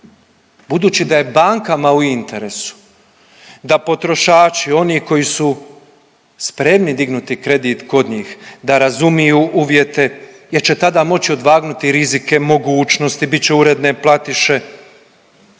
budući da je bankama u interesu, da potrošači, oni koji su spremni dignuti kredit kod njih, da razumiju uvjete jer će tada moći odvagnuti rizike, mogućnosti, bit će uredne platiše,